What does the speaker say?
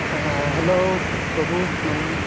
hello ᱵᱟ ᱵᱩ ᱢᱮᱱᱢᱮ